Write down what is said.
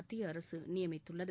மத்திய அரசு நியமித்துள்ளது